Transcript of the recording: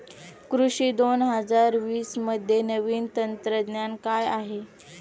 कृषी दोन हजार वीसमध्ये नवीन तंत्रज्ञान काय आहे?